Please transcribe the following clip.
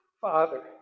Father